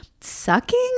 sucking